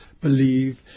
believe